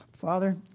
Father